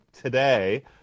today